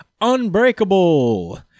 Unbreakable